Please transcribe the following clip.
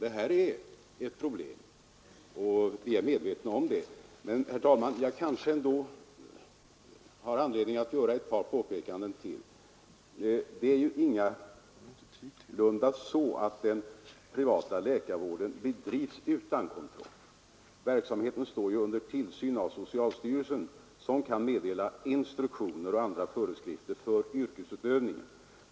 Men, herr talman, jag kan kanske ändå ha anledning att göra ett par påpekanden till. Det är ingalunda så att den privata läkarvården bedrivs utan kontroll. Verksamheten står ju under tillsyn av socialstyrelsen som kan meddela instruktioner och andra föreskrifter för yrkesutövningen.